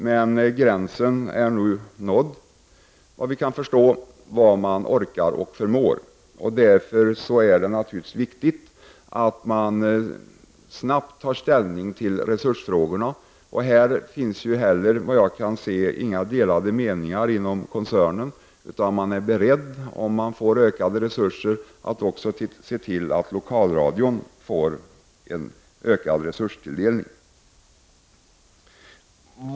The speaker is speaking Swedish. Men gränsen är nu nådd för vad man orkar och förmår. Därför är det viktigt att snabbt ta ställning till resursfrågorna. Här finns inte heller några delade meningar inom koncernen, utan man är beredd att se till att Lokalradion kan få en ökad resurstilldelning.